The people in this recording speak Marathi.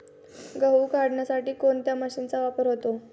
गहू काढण्यासाठी कोणत्या मशीनचा वापर होतो?